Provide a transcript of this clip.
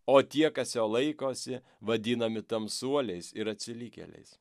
o tie kas jo laikosi vadinami tamsuoliais ir atsilikėliais